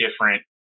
different